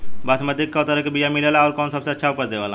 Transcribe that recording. बासमती के कै तरह के बीया मिलेला आउर कौन सबसे अच्छा उपज देवेला?